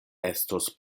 estos